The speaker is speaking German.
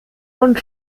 und